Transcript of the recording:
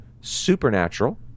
supernatural